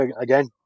again